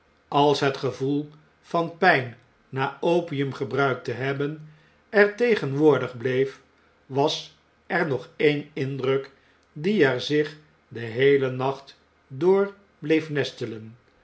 als het gevoel van pn'n na opium gebruikt te hebben er tegenwoordig bleef was er nog een indruk die er zich den heelen nacht door bleef nestelen